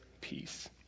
peace